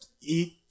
eat